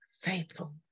faithful